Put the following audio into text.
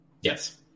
Yes